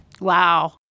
Wow